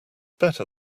better